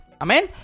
Amen